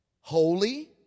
Holy